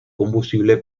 combustible